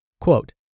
Quote